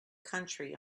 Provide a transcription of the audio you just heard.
country